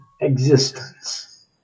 existence